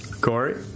Corey